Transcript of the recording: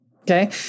Okay